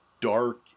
dark